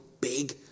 big